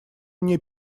мне